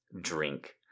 drink